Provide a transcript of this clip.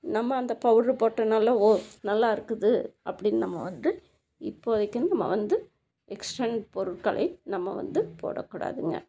நம்ம அந்த பவுடர் போட்டனால் ஓ நல்லா இருக்குது அப்படின்னு நம்ம வந்து இப்போது வரைக்கும் நம்ம வந்து எக்ஸ்டன் பொருட்களை நம்ம வந்து போடக்கூடாதுங்க